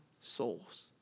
souls